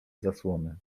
zasłony